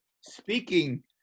Speaking